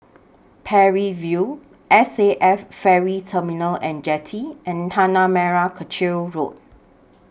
Parry View S A F Ferry Terminal and Jetty and Tanah Merah Kechil Road